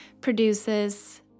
produces